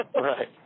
Right